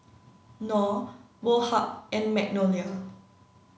Knorr Woh Hup and Magnolia